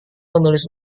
menulis